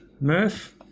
Murph